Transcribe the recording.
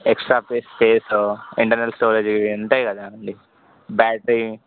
extra space space internal storage ఇవి ఉంటాయి కదండీ బ్యాటరీ